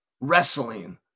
wrestling